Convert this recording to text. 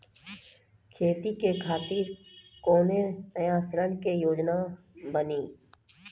खेती के खातिर कोनो नया ऋण के योजना बानी?